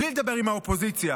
בלי לדבר עם האופוזיציה,